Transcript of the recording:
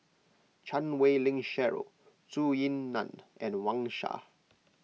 Chan Wei Ling Cheryl Zhou Ying Nan and Wang Sha